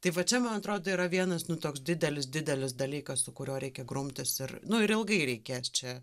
tai va čia man atrodo yra vienas nu toks didelis didelis dalykas su kuriuo reikia grumtis ir nu ir ilgai reikės čia